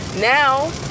now